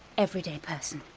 everyday person.